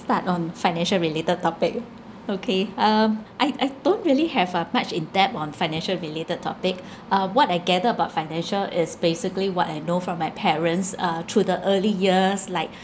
start on financial related topic okay um I I don't really have uh much in depth on financial related topic uh what I gathered about financial is basically what I know from my parents uh through the early years like